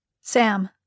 Sam